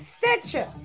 Stitcher